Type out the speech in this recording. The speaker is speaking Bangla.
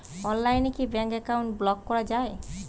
অনলাইনে কি ব্যাঙ্ক অ্যাকাউন্ট ব্লক করা য়ায়?